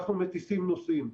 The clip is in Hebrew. אנחנו מטיסים נוסעים.